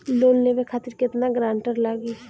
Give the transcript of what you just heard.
Loan लेवे खातिर केतना ग्रानटर लागी?